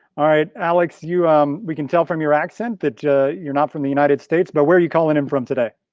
all right, alex, um we can tell from your accent that you're not from the united states. but where are you calling in from today?